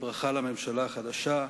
כברכה לממשלה החדשה.